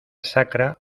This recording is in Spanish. sacra